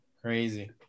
Crazy